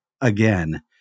again